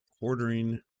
ordering